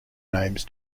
names